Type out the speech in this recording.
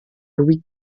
louis